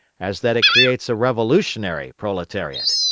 as that it creates a revolutionary proletariat.